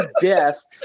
death